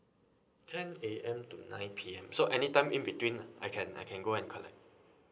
ten A_M to nine P_M so any time in between lah I can I can go and collect